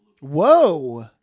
Whoa